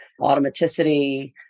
automaticity